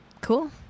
Cool